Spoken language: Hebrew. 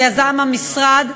שיזם המשרד,